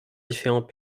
différents